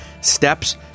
steps